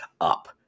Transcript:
up